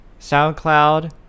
SoundCloud